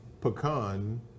pecan